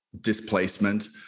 displacement